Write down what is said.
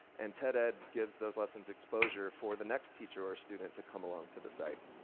and ted-ed gives those lessons exposure for the next teacher or student to come along to the site.